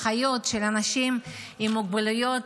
אחיות של אנשים עם מוגבלויות,